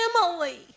family